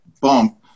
bump